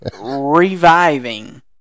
reviving